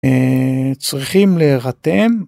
צריכים להירתם.